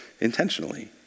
intentionally